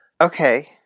Okay